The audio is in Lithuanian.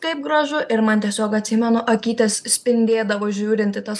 kaip gražu ir man tiesiog atsimenu akytės spindėdavo žiūrint į tas